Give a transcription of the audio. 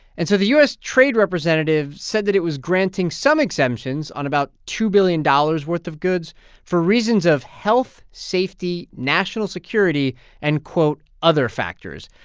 and so the u s. trade representative said that it was granting some exemptions on about two billion dollars worth of goods for reasons of health, safety, national security and, quote, other factors.